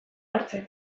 hartzen